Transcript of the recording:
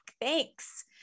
Thanks